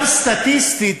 גם סטטיסטית,